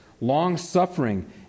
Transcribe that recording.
long-suffering